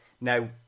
Now